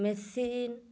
machine